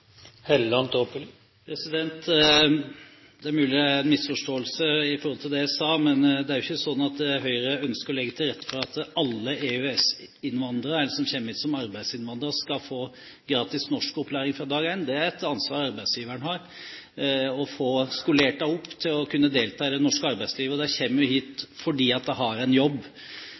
Det er mulig det er en misforståelse i forhold til det jeg sa, men det er jo ikke slik at Høyre ønsker å legge til rette for at alle EØS-innvandrere som kommer hit som arbeidsinnvandrere, skal få gratis norskopplæring fra dag én. Det er et ansvar arbeidsgiveren har for å få skolert dem til å kunne delta i det norske arbeidslivet, og de kommer jo hit fordi de har en jobb.